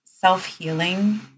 self-healing